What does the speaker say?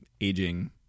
aging